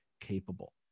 capable